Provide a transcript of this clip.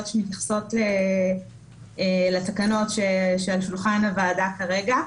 שמתייחסות לתקנות שעל שולחן הוועדה כרגע.